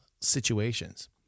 situations